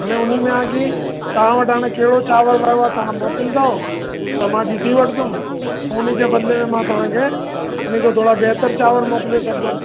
हाणे उन में आहे कि तव्हां वटि हाणे कहिड़ो चांवर वियो आहे तव्हां मोकिलींदव त मां ॾिसी वठंदुमि पोइ उन जे बदले में मां तव्हां खे उन खां थोरा बहितर चांवर मोकिले छॾंदुमि